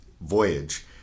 voyage